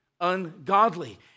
ungodly